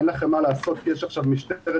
אין לכם מה לעשות כי יש עכשיו משטרת מחשבות?